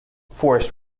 forest